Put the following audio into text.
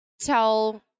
tell